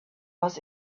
was